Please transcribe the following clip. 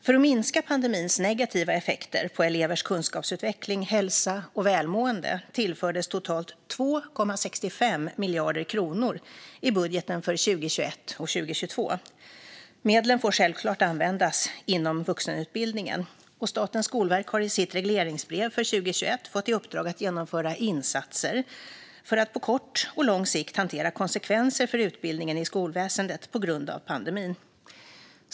För att minska pandemins negativa effekter på elevers kunskapsutveckling, hälsa och välmående tillfördes totalt 2,65 miljarder kronor i budgeten för 2021 och 2022. Medlen får självklart användas inom vuxenutbildningen. Statens skolverk har i sitt regleringsbrev för 2021 fått i uppdrag att genomföra insatser för att på kort och lång sikt hantera konsekvenser för utbildningen i skolväsendet på grund av pandemin.